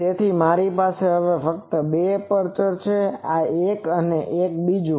તેથી મારી પાસે હવે ફક્ત બે એપર્ચર છે આ એક છે અને આ બીજું છે